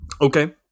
Okay